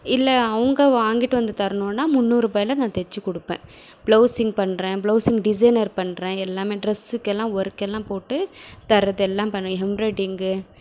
இல்லை அவங்க வாங்கிகிட்டு வந்து தரணுன்னால் முன்னூறுரூபாயில நான் தைச்சி கொடுப்பேன் ப்ளவ்ஸிங் பண்றேன் ப்ளவுஸிங் டிசைனர் பண்றேன் எல்லாமே டிரஸ்சுக்கு எல்லாம் ஒர்க் எல்லாம் போட்டு தரது எல்லாம் எம்ப்ராய்டிங்கு